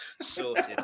Sorted